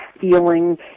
feeling